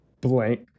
Blank